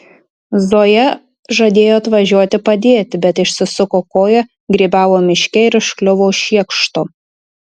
zoja žadėjo atvažiuoti padėti bet išsisuko koją grybavo miške ir užkliuvo už šiekšto